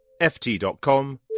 ft.com